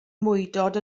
mwydod